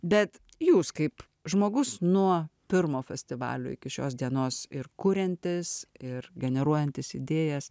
bet jūs kaip žmogus nuo pirmo festivalio iki šios dienos ir kuriantis ir generuojantis idėjas